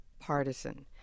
partisan